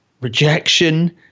rejection